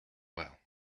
well